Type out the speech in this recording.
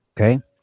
okay